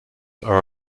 are